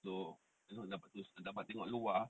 so you know dapat tengok luar